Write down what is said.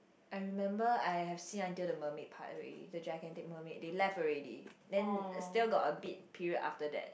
I remember I have seen until the mermaid part already the gigantic mermaid they left already then still got a bit period after that